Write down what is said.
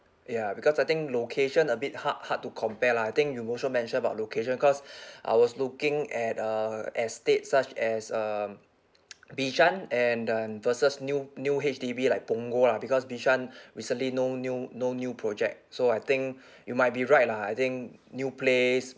ya because I think location a bit hard hard to compare lah I think you also mentioned about location because I was looking at uh estates such as uh bishan and and versus new new H_D_B like punggol lah because bishan recently no new no new project so I think you might be right lah I think new place